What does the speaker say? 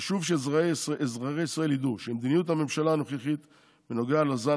חשוב שאזרחי ישראל ידעו שמדיניות הממשלה הנוכחית בנוגע לזן